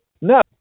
No